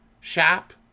shop